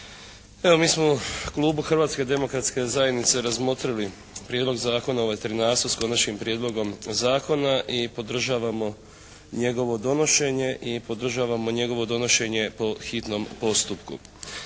Evo mi smo u Klubu Hrvatske demokratske zajednice razmotrili Prijedlog zakona o veterinarstvu s Konačnim prijedlogom zakona i podržavamo njegovo donošenje i podržavamo njegovo donošenje po hitnom postupku.